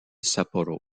sapporo